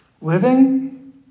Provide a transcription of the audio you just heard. living